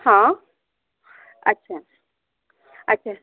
हं अच्छा अच्छा